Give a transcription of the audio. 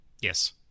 Yes